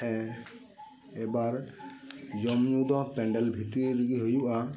ᱦᱮᱸ ᱮᱵᱟᱨ ᱡᱚᱢ ᱧᱩ ᱫᱚ ᱯᱮᱱᱰᱮᱞ ᱵᱷᱤᱛᱨᱤ ᱨᱤᱜᱤ ᱦᱳᱭᱳᱜᱼᱟ